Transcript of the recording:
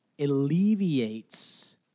alleviates